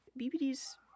bpd's